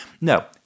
no